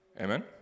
Amen